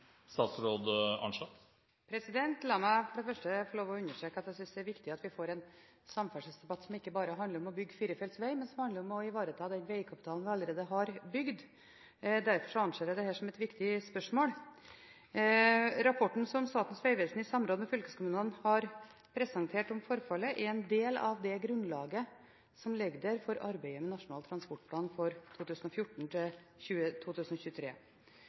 La meg for det første få lov til å understreke at jeg synes det er viktig at vi får en samferdselsdebatt som ikke bare handler om bygge firefelts veg, men som handler om å ivareta den vegkapitalen vi allerede har bygd. Derfor anser jeg dette som et viktig spørsmål. Rapporten som Statens vegvesen i samråd med fylkeskommunene har presentert om forfallet, er en del av det grunnlaget som ligger der for arbeidet med Nasjonal transportplan 2014–2023. Analysene fra Statens vegvesen viser at det er store kostnader for